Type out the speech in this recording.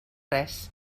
res